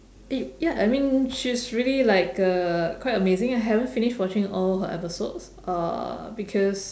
eh ya I mean she's really like uh quite amazing I haven't finish watching all her episodes uh because